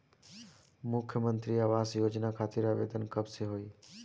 मुख्यमंत्री आवास योजना खातिर आवेदन कब से होई?